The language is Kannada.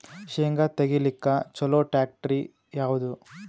ಶೇಂಗಾ ತೆಗಿಲಿಕ್ಕ ಚಲೋ ಟ್ಯಾಕ್ಟರಿ ಯಾವಾದು?